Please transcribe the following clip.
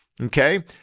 Okay